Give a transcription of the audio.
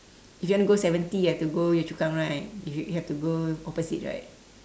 if you want to go seventy you have to go yio-chu-kang right you have have to go opposite right